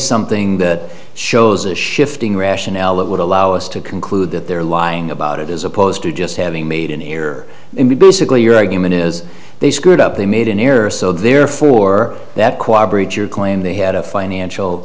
something that shows a shifting rationale that would allow us to conclude that they're lying about it as opposed to just having made an error in basically your argument is they screwed up they made an error so therefore that cooperate your claim they had a financial